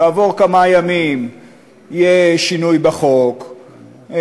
כעבור כמה ימים יהיה שינוי בחוק,